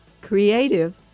creative